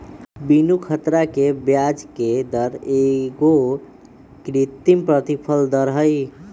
बीनू ख़तरा के ब्याजके दर एगो कृत्रिम प्रतिफल दर हई